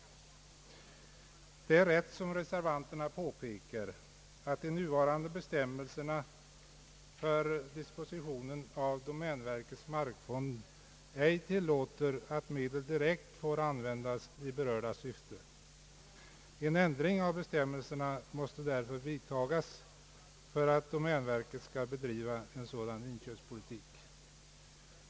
Det är rätt som reservanterna påpekar att de nuvarande bestämmelserna för dispositionen av domänverkets markfond ej tillåter att medel direkt får användas i berörda syfte. En ändring av bestämmelserna måste därför vidtagas för att domänverket skall kunna bedriva en sådan inköpspolitik.